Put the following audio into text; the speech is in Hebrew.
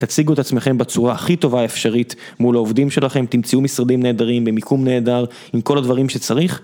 תציגו את עצמכם בצורה הכי טובה אפשרית מול העובדים שלכם, תמצאו משרדים נהדרים, במיקום נהדר, עם כל הדברים שצריך.